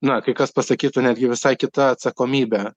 na kai kas pasakytų netgi visai kita atsakomybe